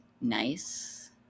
nice